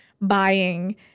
buying